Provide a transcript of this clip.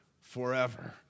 forever